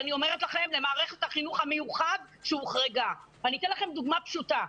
וגם לגבי מערכת החינוך המיוחד שהוחרגה אתן לכם דוגמה פשוטה.